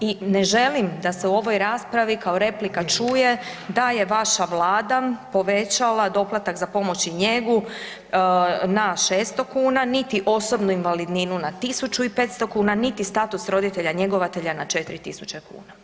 I ne želim da se u ovoj raspravi kao replika čuje da je vaša Vlada povećala doplatak za pomoć i njegu na 600 kuna, niti osobnu invalidninu na 1500 kuna niti status roditelja njegovatelja na 4 tisuće kuna.